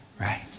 right